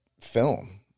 film